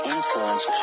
Influence